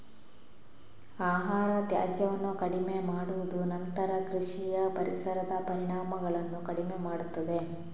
ಆಹಾರ ತ್ಯಾಜ್ಯವನ್ನು ಕಡಿಮೆ ಮಾಡುವುದು ನಂತರ ಕೃಷಿಯ ಪರಿಸರದ ಪರಿಣಾಮಗಳನ್ನು ಕಡಿಮೆ ಮಾಡುತ್ತದೆ